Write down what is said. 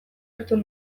hartu